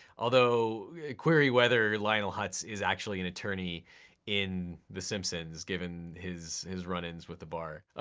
although a query whether lionel hutz is actually an attorney in the simpsons, given his his run-ins with the bar. oh,